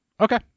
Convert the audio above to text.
Okay